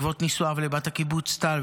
בעקבות נישואיו לבת הקיבוץ טל,